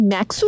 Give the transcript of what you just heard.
Max